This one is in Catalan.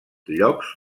llocs